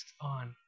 on